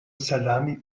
salami